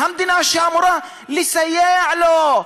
המדינה שאמורה לסייע לו,